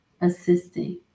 assisting